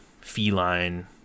feline